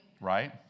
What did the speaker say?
right